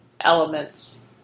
elements